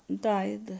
died